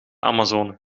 amazone